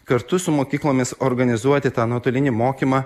kartu su mokyklomis organizuoti tą nuotolinį mokymą